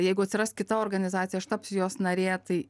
jeigu atsiras kita organizacija aš tapsiu jos narė tai